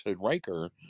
Riker